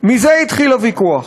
מזה התחיל הוויכוח.